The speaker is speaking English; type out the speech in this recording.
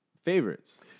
favorites